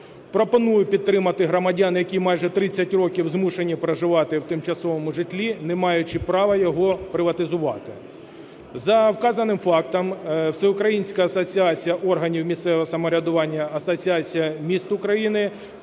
пропоную підтримати громадян, які майже 30 років змушені проживати в тимчасовому житлі, не маючи права його приватизувати. За вказаним фактом Всеукраїнська асоціація органів місцевого самоврядування "Асоціація міст України"